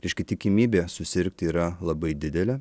reiškia tikimybė susirgti yra labai didelė